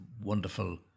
wonderful